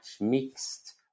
mixed